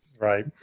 right